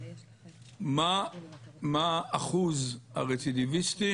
מה אחוז הרצידיביסטים